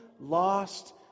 lost